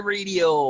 Radio